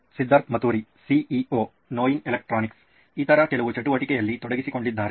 Siddharth Mathuri CEO ನೋಯಿನ್ electronics ಇತರ ಕೆಲವು ಚಟುವಟಿಕೆಗಳಲ್ಲಿ ತೊಡಗಿಸಿಕೊಂಡಿದ್ದಾರೆ